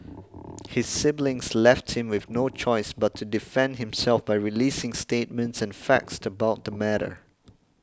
his siblings left him with no choice but to defend himself by releasing statements and facts about the matter